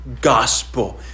gospel